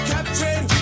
Captain